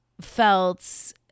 felt